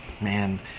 man